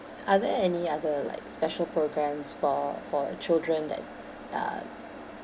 are there any other like special programs for for children that uh